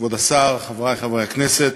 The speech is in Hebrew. כבוד השר, חברי חברי הכנסת,